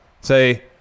say